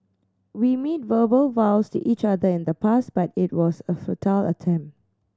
we made verbal vows to each other in the past but it was a futile attempt